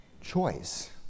choice